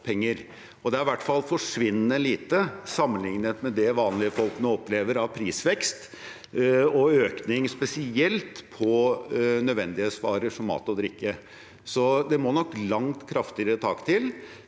det er i hvert fall forsvinnende lite sammenlignet med det vanlige folk nå opplever av prisvekst og -økning spesielt på nødvendighetsvarer som mat og drikke. Det må nok langt kraftigere tak til